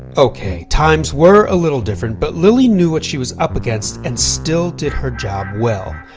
okay, times were a little different, but lilly knew what she was up against, and still did her job well.